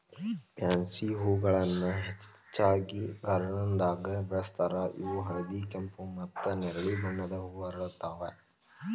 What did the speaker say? pansy ಹೂಗಳನ್ನ ಹೆಚ್ಚಾಗಿ ಗಾರ್ಡನ್ದಾಗ ಬೆಳೆಸ್ತಾರ ಇವು ಹಳದಿ, ಕೆಂಪು, ಮತ್ತ್ ನೆರಳಿ ಬಣ್ಣದ ಹೂ ಅರಳ್ತಾವ